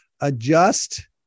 adjust